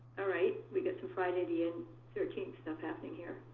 alright we've got some friday and thirteenth stuff happening here.